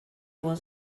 was